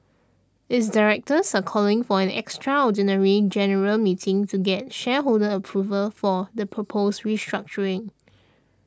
its directors are calling for an extraordinary general meeting to get shareholder approval for the proposed restructuring